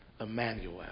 Emmanuel